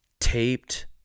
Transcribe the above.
taped